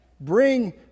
bring